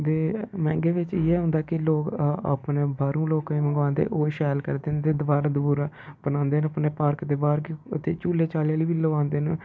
ते मैंह्गे बिच्च इ'ये होंदा कि लोक अपने बाह्रूं लोकें गी मंगवान्दे ओह् शैल करी दिंदे दबारा दुबुरा बनांदे न अपने पार्क दे बाह्र कि ते झूले झाले बी लोआंदे न